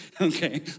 okay